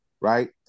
Right